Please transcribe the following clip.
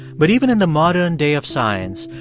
but even in the modern day of science,